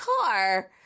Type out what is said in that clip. car